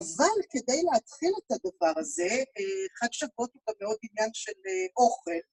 ‫אבל כדי להתחיל את הדבר הזה, ‫חג שבועות טיפה מאוד עניין של אוכל.